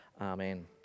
Amen